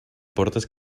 portes